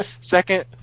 second